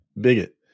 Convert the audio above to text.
bigot